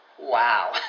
Wow